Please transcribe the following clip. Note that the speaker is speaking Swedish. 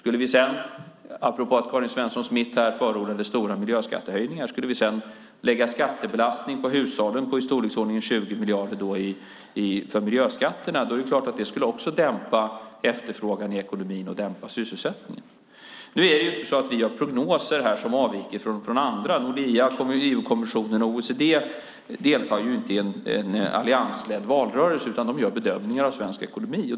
Om vi sedan, apropå att Karin Svensson Smith förordade stora miljöskattehöjningar, även skulle lägga en skattebelastning på hushållen på i storleksordningen 20 miljarder i miljöskatter skulle det naturligtvis också dämpa efterfrågan i ekonomin och dämpa sysselsättningen. Nu gör vi inte prognoser som avviker från andra. Nordea, EU-kommissionen och OECD deltar inte i en alliansledd valrörelse utan de gör bedömningar av svensk ekonomi.